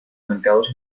mercados